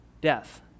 death